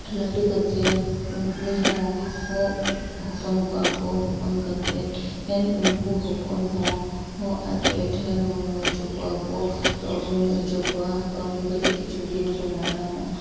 ᱞᱟᱹᱴᱩ ᱠᱟᱛᱮᱱ ᱩᱱᱠᱩ ᱦᱚᱸ ᱦᱚᱯᱚᱱ ᱠᱚᱣᱟ ᱠᱚ ᱦᱚᱯᱚᱱ ᱠᱟᱛᱮᱫ ᱮᱱ ᱩᱱᱠᱩ ᱦᱚᱯᱚᱱ ᱦᱚᱸ ᱟᱡ ᱟᱭᱳ ᱴᱷᱮᱱ ᱱᱩᱱᱩ ᱦᱚᱪᱚ ᱠᱚᱣᱟᱵᱚ ᱛᱚᱣᱟᱵᱚ ᱧᱩ ᱚᱪᱚ ᱠᱚᱣᱟ ᱛᱚᱣᱟ ᱧᱩ ᱠᱟᱛᱮᱫ ᱠᱤᱪᱷᱩᱫᱤᱱ ᱠᱚ ᱢᱟᱨᱟᱝᱚᱜᱼᱟ